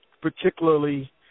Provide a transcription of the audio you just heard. particularly